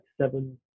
seven